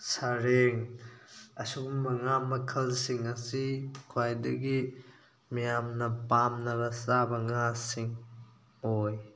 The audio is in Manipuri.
ꯁꯔꯦꯡ ꯑꯁꯨꯒꯨꯝꯕ ꯉꯥ ꯃꯈꯜꯁꯤꯡ ꯑꯁꯤ ꯈ꯭ꯋꯥꯏꯗꯒꯤ ꯃꯤꯌꯥꯝꯅ ꯄꯥꯝꯅꯕ ꯆꯥꯕ ꯉꯥꯁꯤꯡ ꯑꯣꯏ